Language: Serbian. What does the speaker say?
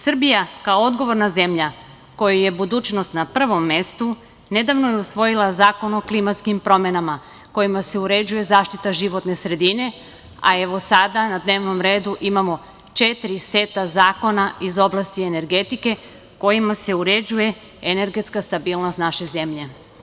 Srbija kao odgovorna zemlja kojoj je budućnost na prvom mestu, nedavno je usvojila Zakon o klimatskim promenama kojima se uređuje zaštita životne sredine, a sada na dnevnom redu imamo četiri seta zakona iz oblasti energetike kojima se uređuje energetska stabilnost naše zemlje.